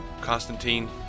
Constantine